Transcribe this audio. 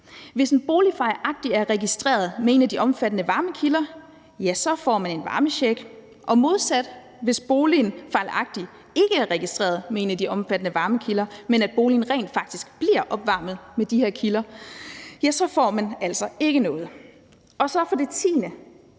Hvis en bolig fejlagtigt er registreret med en af de omfattede varmekilder, får man en varmecheck. Og modsat: Hvis boligen fejlagtigt ikke er registreret med en af de omfattede varmekilder, men boligen rent faktisk bliver opvarmet med de her kilder, så får man altså ikke noget. For det tiende